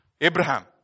Abraham